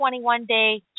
21-day